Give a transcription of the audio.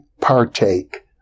partake